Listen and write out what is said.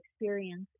experience